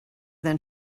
than